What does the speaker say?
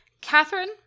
Catherine